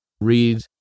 read